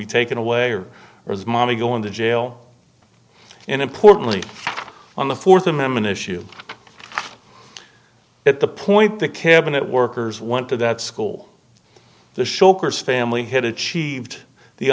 be taken away or mommy going to jail and importantly on the th amendment issue at the point the cabinet workers went to that school to show chris family had achieved the